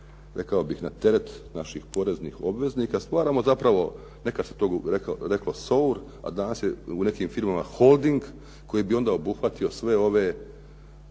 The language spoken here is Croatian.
rekao bih na teret naših poreznik obveznika. Stvaramo zapravo nekada se to reklo SOUR, a danas je u nekim firmama Holding koji bi obuhvatio sve ove